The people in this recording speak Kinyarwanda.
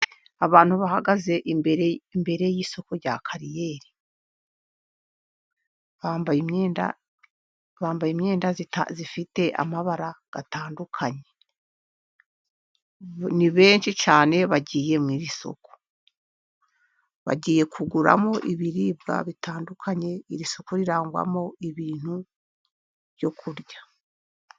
Abantu bahagaze imbere, imbere y'isoko rya Kariyeri. Bambayenda imyenda ifite amabara atandukanye. Ni benshi cyane, bagiyemi isoko. bagiye kugura ibintu bitandukanye. Iri soko rirangwamo ibintu byo kurya.